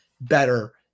better